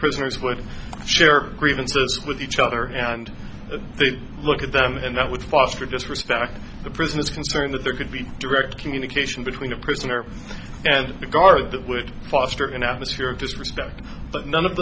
prisoners with share grievances with each other and that they look at them and that with foster just respect the prisoners concerned that there could be direct communication between the prisoner and the guard that would foster an atmosphere of disrespect but none of